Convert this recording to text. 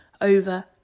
over